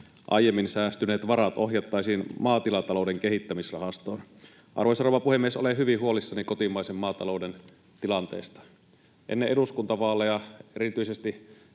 aiemmin säästyneet varat ohjattaisiin Maatilatalouden Kehittämisrahastoon. Arvoisa rouva puhemies! Olen hyvin huolissani kotimaisen maatalouden tilanteesta. Ennen eduskuntavaaleja erityisesti